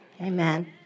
Amen